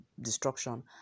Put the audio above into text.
destruction